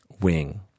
wing